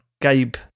Gabe